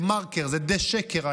דה-מרקר זה דה-שקר,